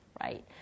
right